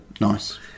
nice